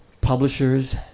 publishers